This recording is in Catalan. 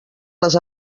les